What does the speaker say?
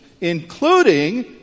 including